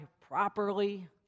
properly